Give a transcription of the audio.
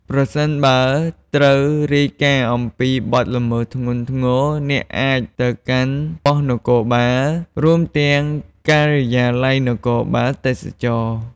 ប្រសិនបើត្រូវរាយការណ៍អំពីបទល្មើសធ្ងន់ធ្ងរ អ្នកអាចទៅកាន់ប៉ុស្តិ៍នគរបាល រួមទាំងការិយាល័យនគរបាលទេសចរណ៍ ។